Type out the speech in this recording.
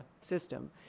system